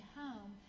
home